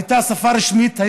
הייתה שפה רשמית,